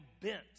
bent